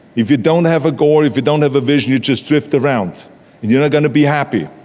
if you don't have a goal, if you don't have a vision, you just drift around you're not going to be happy.